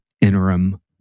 interim